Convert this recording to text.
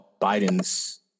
Biden's